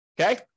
okay